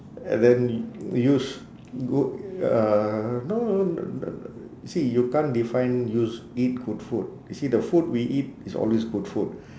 and then u~ use g~ ah no no n~ n~ n~ see you can't define you s~ eat good food you see the food we eat is always good food